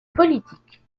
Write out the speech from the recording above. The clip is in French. politiques